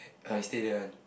uh he stay there [one]